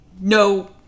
No